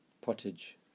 pottage